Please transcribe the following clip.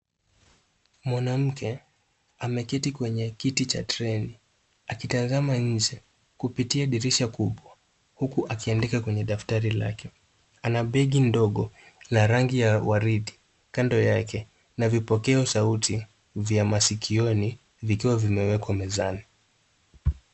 Mwanamke ameketi kwenye kiti cha treni, akitazama nje kupitia dirisha kubwa huku akiandika kwenye daftari lake. Ana begi ndogo la rangi ya waridi kando yake na vipokea sauti vya masikioni vikiwa vimewekwa mezani.